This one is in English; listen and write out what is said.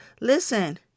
Listen